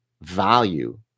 value